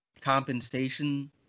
compensation